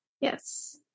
Yes